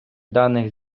даних